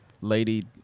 Lady